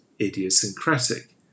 idiosyncratic